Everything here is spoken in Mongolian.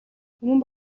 түмэн